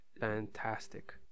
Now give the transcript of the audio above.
fantastic